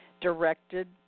directed